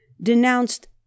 denounced